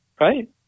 right